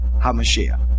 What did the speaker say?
HaMashiach